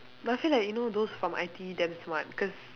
but I feel like you know those from I_T_E damn smart cause